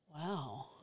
Wow